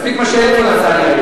מספיק מה שאלקין עשה לי היום.